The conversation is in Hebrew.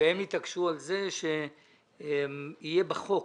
והם התעקשו על זה שהוועדה תהיה בחוק.